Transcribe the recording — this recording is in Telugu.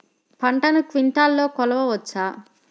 పంటను క్వింటాల్లలో కొలవచ్చా?